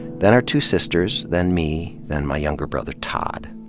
then our two sisters, then me, then my younger brother todd.